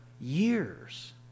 years